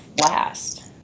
last